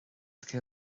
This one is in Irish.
aici